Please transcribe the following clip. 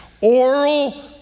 oral